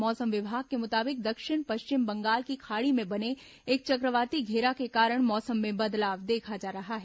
मौसम विभाग के मुताबिक दक्षिण पश्चिम बंगाल की खाड़ी में बने एक चक्रवाती घेरा के कारण मौसम में बदलाव देखा जा रहा है